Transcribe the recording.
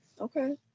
Okay